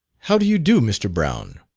how do you do, mr. brown?